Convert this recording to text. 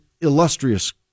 illustrious